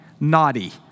naughty